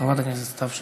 חברת הכנסת סתיו שפיר,